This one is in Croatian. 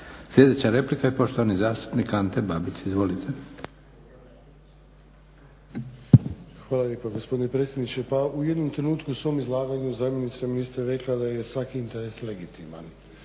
Sljedeća replika i poštovani zastupnik Ante Babić. Izvolite. **Babić, Ante (HDZ)** Hvala lijepa gospodine predsjedniče. Pa u jednom trenutku u svom izlaganju zamjenica ministra je rekla da je svaki interes legitiman.